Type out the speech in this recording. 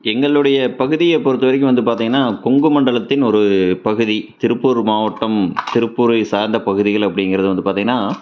எங்களுடைய பகுதியை பொறுத்த வரைக்கும் வந்து பார்த்திங்கன்னா கொங்கு மண்டலத்தின் ஒரு பகுதி திருப்பூர் மாவட்டம் திருப்பூரை சார்ந்த பகுதிகள் அப்படிங்கிறது வந்து பார்த்திங்கன்னா